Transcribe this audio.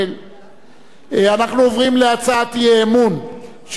אנחנו עוברים להצעת האי-אמון של סיעות העבודה ומרצ,